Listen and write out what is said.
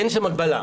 אין שם הגבלה.